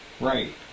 Right